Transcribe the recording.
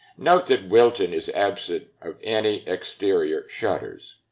note that wilton is absent of any exterior shutters.